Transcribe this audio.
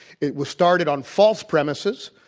it was started on false premises,